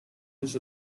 this